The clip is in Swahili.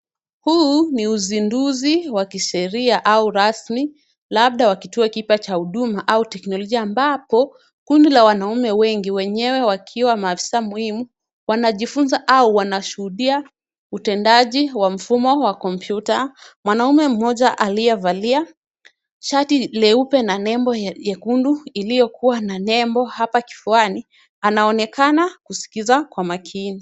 Huu ni uzinduzi wa kisheria au rasmi labda wa kituo kipya cha huduma au teknolojia ambapo kundi la wanaume wengi wenyewe wakiwa maafisa muhimu wanajifunza au wanashuhudia utendaji wa mfumo wa kompyuta. Mwanaume mmoja aliyevalia shati leupe na nembo nyekundu iliyokuwa na nembo hapa kifuani anaonekana kusikiza kwa makini.